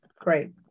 Great